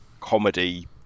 comedy